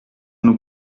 nous